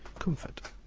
comfort,